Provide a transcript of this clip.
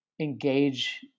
engage